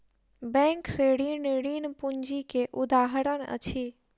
bank से ऋण, ऋण पूंजी के उदाहरण अछि